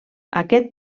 aquest